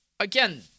Again